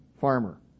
farmer